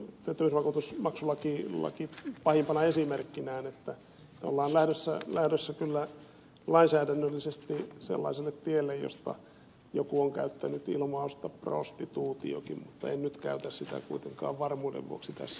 tätä yliopistojen työttömyysvakuutusmaksulaki pahimpana esimerkkinä että olemme lähdössä lainsäädännöllisesti sellaiselle tielle josta joku on käyttänyt ilmausta prostituutiokin mutta en nyt käytä sitä kuitenkaan varmuuden vuoksi tässä yhteydessä